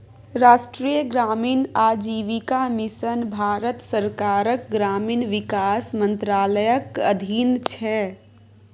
राष्ट्रीय ग्रामीण आजीविका मिशन भारत सरकारक ग्रामीण विकास मंत्रालयक अधीन छै